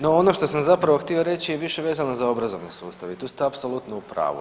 No ono što sam zapravo htio reći je više vezano za obrazovani sustav i tu ste apsolutno u pravu.